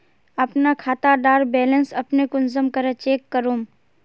अपना खाता डार बैलेंस अपने कुंसम करे चेक करूम?